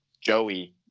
Joey